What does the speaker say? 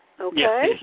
Okay